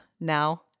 now